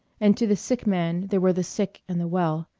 and to the sick man there were the sick and the well.